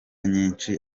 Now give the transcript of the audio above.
nyinshi